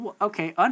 okay